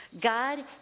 God